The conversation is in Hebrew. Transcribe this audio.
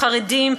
חרדים,